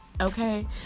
okay